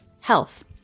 health